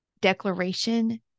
declaration